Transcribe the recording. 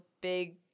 big